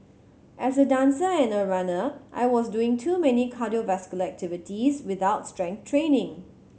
as a dancer and a runner I was doing too many cardiovascular activities without strength training